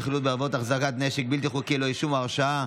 חילוט בעבירות החזקת נשק בלתי חוקי ללא אישום או הרשעה),